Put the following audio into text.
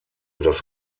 das